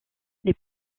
les